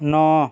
ନଅ